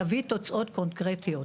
יביא תוצאות קונקרטיות.